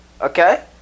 okay